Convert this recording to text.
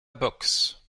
boxe